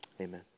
Amen